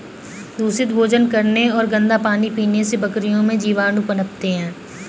दूषित भोजन करने और गंदा पानी पीने से बकरियों में जीवाणु पनपते हैं